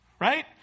right